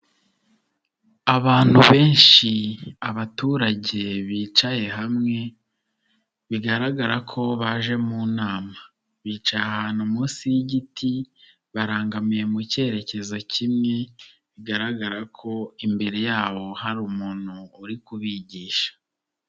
Abantu benshi, abaturage bicaye hamwe, bigaragara ko baje mu nama, bicaye ahantu munsi y'igiti, barangamiye mu cyerekezo kimwe, bigaragara ko imbere yabo hari umuntu uri kubigisha.